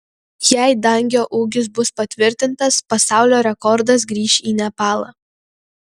jei dangio ūgis bus patvirtintas pasaulio rekordas grįš į nepalą